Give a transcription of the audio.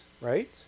right